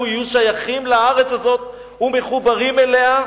יהיו שייכים לארץ הזאת ומחוברים אליה,